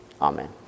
Amen